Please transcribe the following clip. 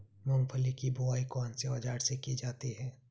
मूंगफली की बुआई कौनसे औज़ार से की जाती है?